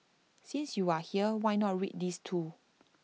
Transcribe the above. since you are here why not read these too